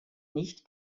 nicht